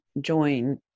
join